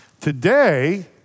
Today